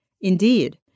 Indeed